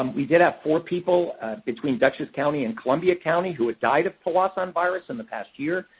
um we did have four people between dutchess county and columbia county who had died of powassan virus in the past year.